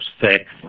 six